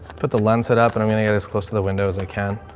put the lens hood up and i'm going to get as close to the windows i can.